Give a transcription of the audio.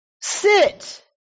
sit